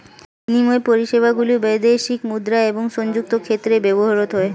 বিনিময় পরিষেবাগুলি বৈদেশিক মুদ্রা এবং সংযুক্ত ক্ষেত্রে ব্যবহৃত হয়